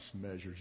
measures